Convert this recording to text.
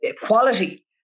quality